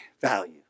value